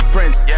Prince